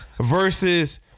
versus